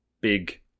big